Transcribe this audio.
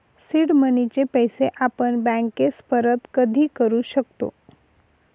seed मनीचे पैसे आपण बँकेस परत कधी करू शकतो